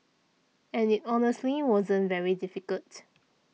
and it honestly wasn't very difficult